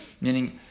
Meaning